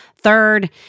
Third